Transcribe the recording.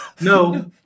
No